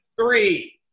three